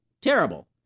terrible